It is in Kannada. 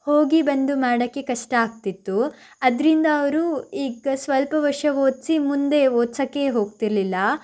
ಹೋಗಿ ಬಂದು ಮಾಡೋಕ್ಕೆ ಕಷ್ಟ ಆಗ್ತಿತ್ತು ಅದರಿಂದ ಅವರು ಈಗ ಸ್ವಲ್ಪ ವರ್ಷ ಓದಿಸಿ ಮುಂದೆ ಓದ್ಸೋಕ್ಕೆ ಹೋಗ್ತಿರ್ಲಿಲ್ಲ